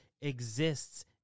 exists